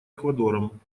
эквадором